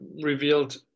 revealed